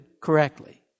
correctly